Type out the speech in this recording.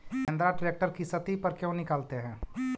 Mahindra tractor किसति पर क्यों निकालते हैं?